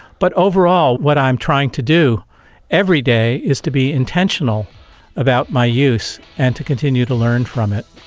but overall what i'm trying to do every day is to be intentional about my use and to continue to learn from it.